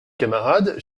camarade